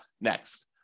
next